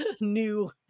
new